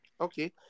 okay